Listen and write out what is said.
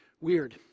weird